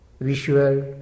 visual